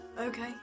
Okay